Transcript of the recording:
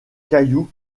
caillou